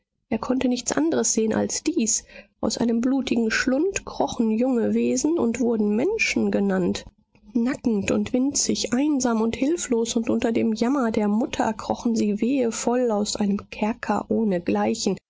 er konnte nichts andres sehen als dies aus einem blutigen schlund krochen junge wesen und wurden menschen genannt nackend und winzig einsam und hilflos und unter dem jammer der mutter krochen sie wehevoll aus einem kerker ohnegleichen